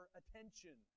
attention